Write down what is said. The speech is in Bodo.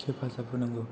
हेफाजाब होनांगौ